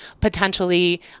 potentially